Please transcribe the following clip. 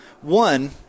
One